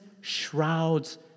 shrouds